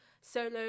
Solo